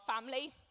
family